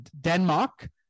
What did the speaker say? Denmark